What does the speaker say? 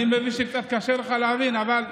אני מבין שקצת קשה לך להבין, אבל,